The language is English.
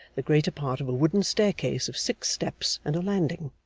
the greater part of a wooden staircase of six steps and a landing